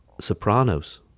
Sopranos